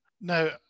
Now